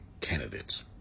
candidates